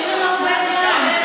יש לנו הרבה זמן.